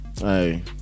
Hey